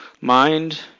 mind